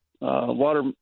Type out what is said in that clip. water